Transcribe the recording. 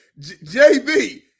JB